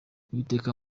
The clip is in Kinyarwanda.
uwiteka